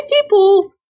people